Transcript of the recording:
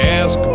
ask